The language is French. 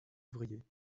ouvriers